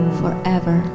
forever